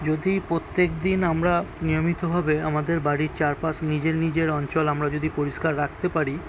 যদি প্রত্যেক দিন আমরা নিয়মিতভাবে আমাদের বাড়ির চারপাশ নিজের নিজের অঞ্চল আমরা যদি পরিষ্কার রাখতে পারি